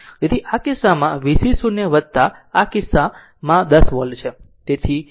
તેથી આ કિસ્સામાં vc 0 આ વસ્તુ 10 વોલ્ટ